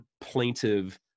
plaintive